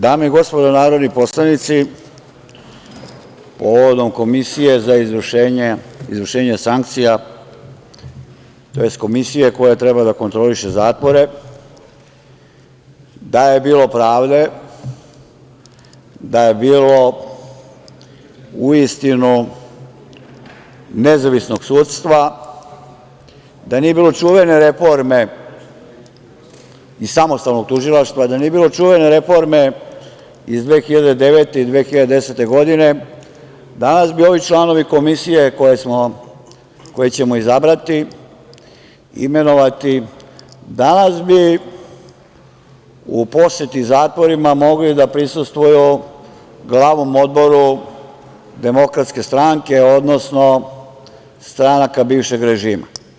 Dame i gospodo narodni poslanici, povodom Komisije za izvršenja sankcija, tj. Komisije koja treba da kontroliše zatvore, da je bilo pravde, da je bilo u istinu nezavisnog sudstva, da nije bilo čuvene reforme, i samostalnog tužilaštva, da nije bilo čuvene reforme iz 2009. i 2010. godine danas bi ovi članovi Komisije koje ćemo izabrati, imenovati, danas bi u poseti zatvorima mogli da prisustvuju u Glavnom odboru DS, odnosno stranaka bivšeg režima.